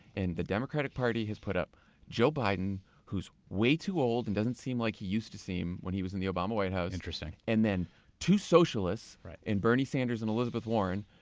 the democratic party has put up joe biden who's way too old and doesn't seem like he used to seem when he was in the obama white house. interesting. and then two socialists in bernie sanders and elizabeth warren.